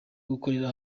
gukorera